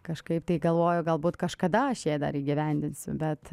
kažkaip tai galvoju galbūt kažkada aš ją dar įgyvendinsiu bet